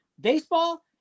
Baseball